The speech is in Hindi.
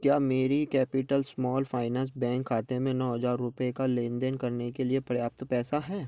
क्या मेरे कैपिटल स्माल फाइनेंस बैंक खाते में नौ हज़ार रुपये का लेनदेन करने के लिए पर्याप्त पैसा है